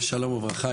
שלום וברכה,